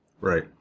right